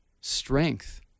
strength